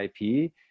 IP